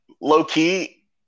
low-key